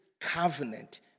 covenant